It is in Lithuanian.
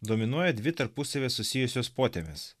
dominuoja dvi tarpusavyje susijusios potemės